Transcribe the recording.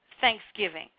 thanksgiving